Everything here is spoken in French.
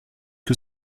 que